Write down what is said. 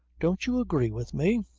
don't you agree with me?